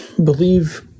believe